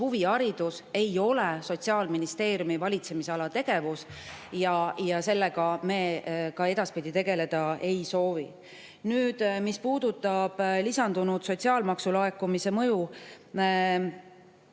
huviharidus ei ole Sotsiaalministeeriumi valitsemisala tegevus ja sellega me edaspidi tegeleda ei soovi. Mis puudutab lisandunud sotsiaalmaksu laekumise mõju,